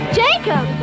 jacob